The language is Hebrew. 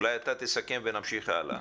אולי אתה תסכם ונמשיך הלאה.